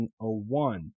1901